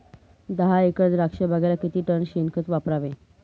दहा एकर द्राक्षबागेला किती टन शेणखत वापरावे?